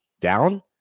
down